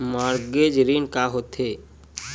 Mortgage ऋण का होथे?